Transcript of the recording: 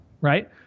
Right